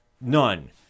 none